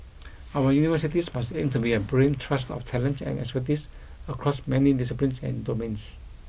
our universities must aim to be a brain trust of talent and expertise across many disciplines and domains